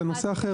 זה נושא אחר,